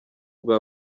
bwa